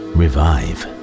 revive